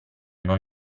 non